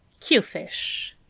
Qfish